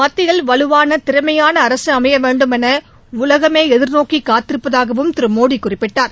மத்தியில் வலுவானதிறமையானஅரசுஅமையவேண்டும் எனஉலகமேஎதிர்நோக்கிகாத்திருப்பதாகவும் திருமோடிகுறிப்பிட்டார்